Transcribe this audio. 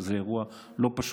שזה אירוע לא פשוט,